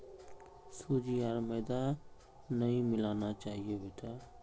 सूजी आर मैदा नई मिलाना चाहिए बेटा